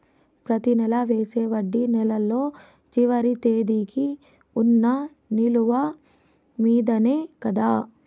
ప్రతి నెల వేసే వడ్డీ నెలలో చివరి తేదీకి వున్న నిలువ మీదనే కదా?